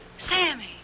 Sammy